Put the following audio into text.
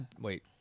wait